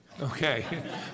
okay